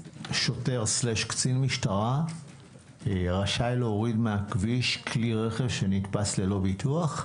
שוטר/קצין משטרה רשאי להוריד מהכביש כלי רכב שנתפס ללא ביטוח?